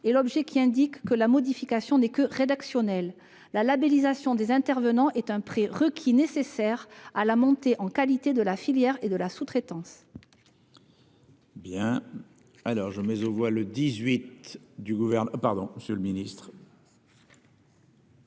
et l'objet, qui indique que la modification n'est que rédactionnelle. La labellisation des intervenants est un prérequis nécessaire à la montée en qualité de la filière et de la sous-traitance.